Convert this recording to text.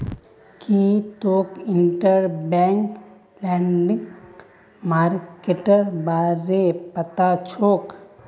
की तोक interbank lending मार्केटेर बारे पता छोक